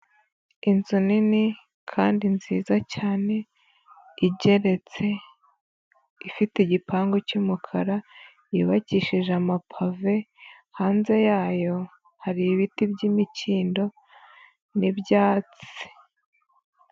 Inzu nini kandi nziza cyane igeretse, ifite igipangu cy'umukara yubakishije amapave, hanze yayo hari ibiti by'imikindo n'ibyatsi.